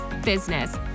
business